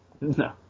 No